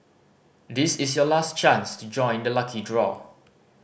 this is your last chance to join the lucky draw